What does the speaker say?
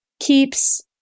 keeps